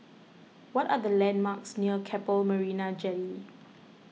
what are the landmarks near Keppel Marina Jetty